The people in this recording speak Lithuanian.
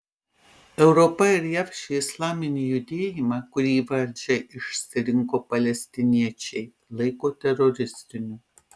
europa ir jav šį islamistinį judėjimą kurį į valdžią išsirinko palestiniečiai laiko teroristiniu